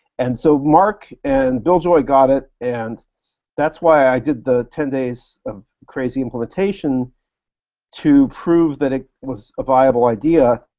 and so marc and bill joy got it and that's why i did the ten days crazy implementation to prove that it was a viable idea.